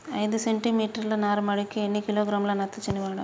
ఐదు సెంటిమీటర్ల నారుమడికి ఎన్ని కిలోగ్రాముల నత్రజని వాడాలి?